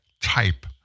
type